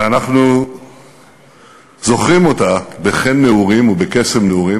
ואנחנו זוכרים אותה בחן נעורים ובקסם נעורים,